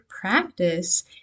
practice